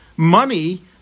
Money